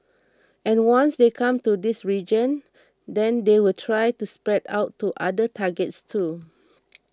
and once they come to this region then they will try to spread out to other targets too